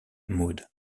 maud